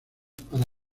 para